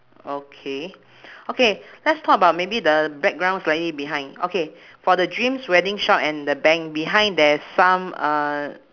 okay okay let's talk about maybe the background slightly behind okay for the dreams wedding shop and the bank behind there's some uh